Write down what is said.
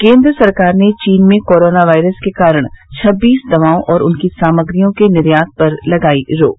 केन्द्र सरकार ने चीन में कोरोना वायरस के कारण छब्बीस दवाओं और उनकी सामग्रियों के निर्यात पर लगायी रोक